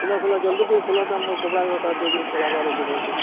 ଖୁଲ ଖୁଲ ଜଲ୍ଦି ଟିକେ ଖୁଲ ତ ମୁଁ କପଡ଼ା ଗୁରା ତାକୁ ଦେଇକିରି ପଲାବାର୍ ଅଛି ଘର୍କେ